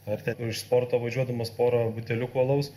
ar ten iš sporto važiuodamas porą buteliukų alaus